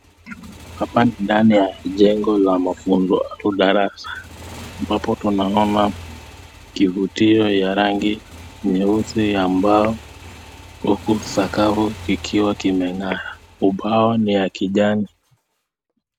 Hapa ni ndani ya jengo la mafunzo au darasa, ambapo tunaona kifutio ya rangi nyeusi ya mbao, huku sakafu kikiwa kimeng'ara. Ubao ni ya kijani.